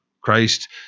Christ